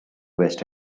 west